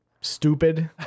stupid